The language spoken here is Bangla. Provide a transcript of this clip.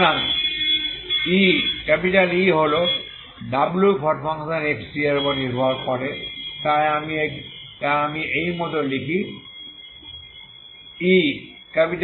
সুতরাং E হল wxt এর উপর নির্ভর করে তাই আমি এই মত লিখি Ewt12w2xt⏟dxB